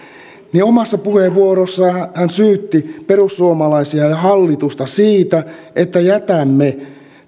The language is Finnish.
nyt omassa puheenvuorossaan kiuru syytti perussuomalaisia ja ja hallitusta siitä että jätämme